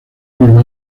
misma